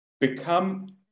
become